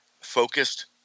focused